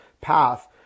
path